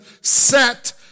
set